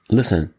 Listen